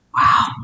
Wow